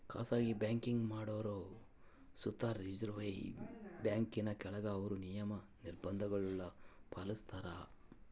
ಖಾಸಗಿ ಬ್ಯಾಂಕಿಂಗ್ ಮಾಡೋರು ಸುತ ರಿಸರ್ವ್ ಬ್ಯಾಂಕಿನ ಕೆಳಗ ಅವ್ರ ನಿಯಮ, ನಿರ್ಭಂಧಗುಳ್ನ ಪಾಲಿಸ್ತಾರ